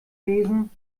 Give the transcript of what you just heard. lesen